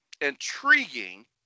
Intriguing